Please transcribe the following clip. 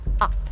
up